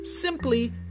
simply